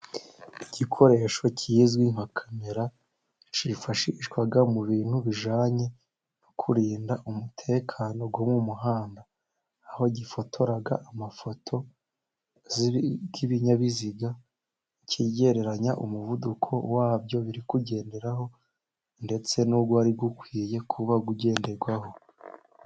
Igikoresho kizwi nka kamera cyifashishwa mu bintu bijyanye no kurinda umutekano wo mu muhanda aho gifotora amafoto y'ibinyabiziga cyigereranya umuvuduko wabyo biri kugenderaho ndetse n'uwari ukwiye kuba ugenderwaho.